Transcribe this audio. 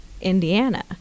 Indiana